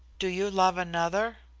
do you love another?